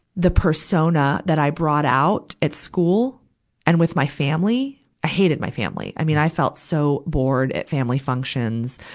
the persona that i brought out at school and with my family. i hated my family. i mean, i felt so bored at family functions.